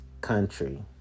country